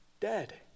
Dead